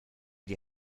die